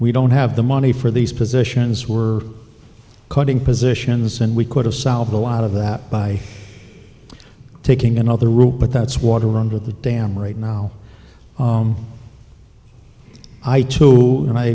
we don't have the money for these positions we're cutting positions and we could have solved a lot of that by taking another route but that's water under the dam right now i too and i